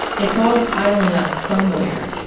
it's all piling up somewhere.